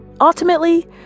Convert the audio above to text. Ultimately